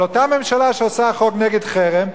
אבל אותה ממשלה שעושה חוק נגד חרם,